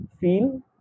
feel